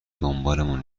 دنبالمون